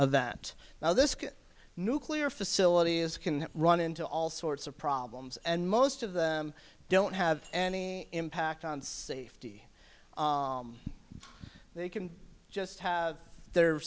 of that now this nuclear facility is can run into all sorts of problems and most of them don't have any impact on safety they can just have their